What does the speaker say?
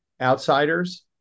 Outsiders